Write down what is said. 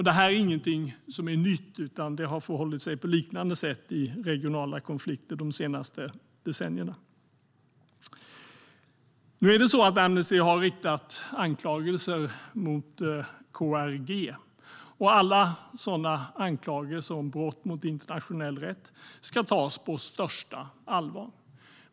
Detta är ingenting som är nytt, utan det har förhållit sig på liknande sätt i regionala konflikter de senaste decennierna. Amnesty har riktat anklagelser mot KRG. Alla sådana anklagelser om brott mot internationell rätt ska tas på största allvar.